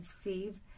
Steve